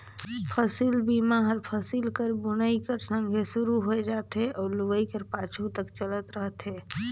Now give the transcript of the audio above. फसिल बीमा हर फसिल कर बुनई कर संघे सुरू होए जाथे अउ लुवई कर पाछू तक चलत रहथे